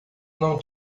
não